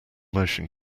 motion